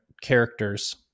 characters